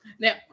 Now